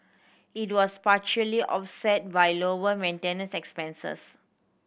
it was partially offset by lower maintenance expenses